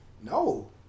no